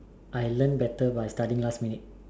I learn better by studying last minute